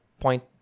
point